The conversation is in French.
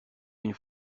une